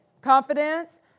confidence